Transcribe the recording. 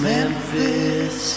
Memphis